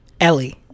ellie